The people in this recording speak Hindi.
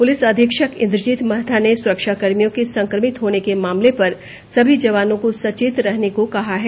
पुलिस अधीक्षक इंद्रजीत महाथा ने सुरक्षाकर्मियों के संक्रमित होने के मामले पर सभी जवानों को सचेत रहने को कहा है